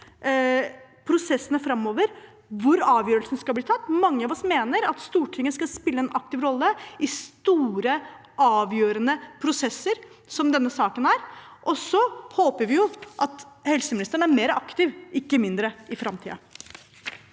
prosessene framover, bl.a. hvor avgjørelsene skal bli tatt. Mange av oss mener at Stortinget skal spille en aktiv rolle i store, avgjørende prosesser, som denne saken er, og så håper vi at helseministeren er mer aktiv, ikke mindre, i framtiden.